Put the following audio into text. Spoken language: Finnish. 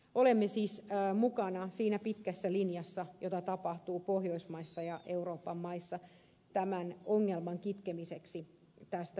olemme siis mukana siinä pitkässä linjassa jota tapahtuu pohjoismaissa ja euroopan maissa tämän ongelman kitkemiseksi tästä päivästä